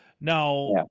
Now